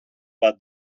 bat